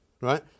right